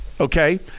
okay